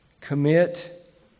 commit